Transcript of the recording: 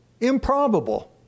improbable